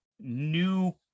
new